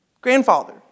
grandfather